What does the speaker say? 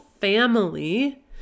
family